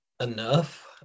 enough